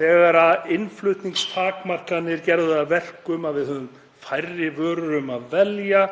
þegar innflutningstakmarkanir gerðu það að verkum að við höfðum úr færri vörum að velja.